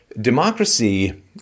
Democracy